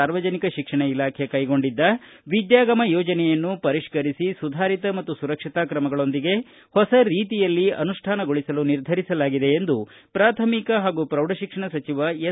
ಸಾರ್ವಜನಿಕ ಶಿಕ್ಷಣ ಇಲಾಖೆ ಕ್ಟೆಗೊಂಡಿದ್ದ ವಿದ್ವಾಗಮ ಯೋಜನೆಯನ್ನು ಪರಿಷ್ಠರಿಸಿ ಸುಧಾರಿತ ಮತ್ತು ಸುರಕ್ಷತಾ ಕ್ರಮಗಳೊಂದಿಗೆ ಹೊಸ ರೀತಿಯಲ್ಲಿ ಅನುಷ್ಠಾನಗೊಳಿಸಲು ನಿರ್ಧರಿಸಲಾಗಿದೆ ಎಂದು ಪ್ರಾಥಮಿಕ ಹಾಗೂ ಪ್ರೌಢಶಿಕ್ಷಣ ಸಚಿವ ಎಸ್